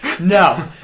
no